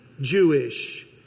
Jewish